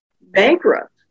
bankrupt